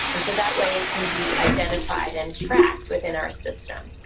and so that way it can be identified and tracked within our system.